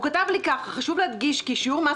הוא כתב לי כך: "חשוב להדגיש כי שיעור מס